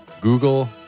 Google